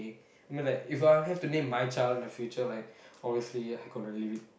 I mean like If I have to name my child in the future right honestly I'm gonna leave it